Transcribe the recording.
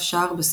"Miṭrani,